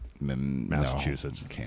Massachusetts